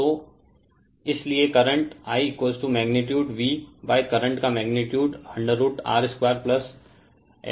इसलिए current I magnitude current का magnitude √R2Lω ω C2 whole 2 हैं